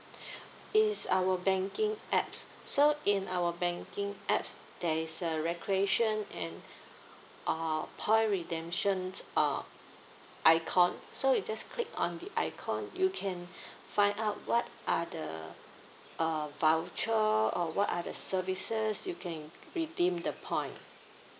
is our banking apps so in our banking apps there is a recreation and uh point redemptions uh icon so you just click on the icon you can find out what are the uh voucher or what are the services you can redeem the point